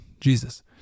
jesus